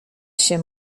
się